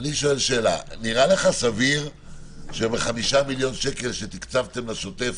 נראה לך סביר שמ-5 מיליון שקל שתקצבתם לשוטף